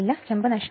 ചെമ്പ് നഷ്ടം 0